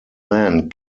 man